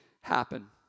happen